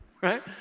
right